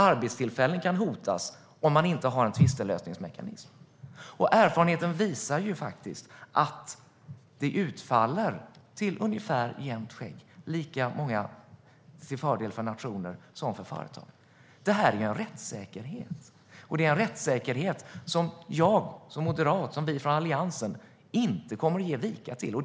Arbetstillfällena kan hotas om man inte har en tvistlösningsmekanism. Erfarenheten visar att det är ungefär jämnt skägg i utfallet, alltså lika många till fördel för nationer som för företag. Det är en rättssäkerhet som jag som moderat och vi från Alliansen inte kommer att göra avkall på.